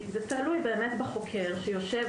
כי זה באמת תלוי בחוקר שיושב,